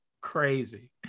crazy